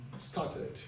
started